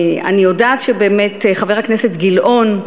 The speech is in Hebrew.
אני יודעת שבאמת חבר הכנסת גילאון,